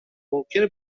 ممکنه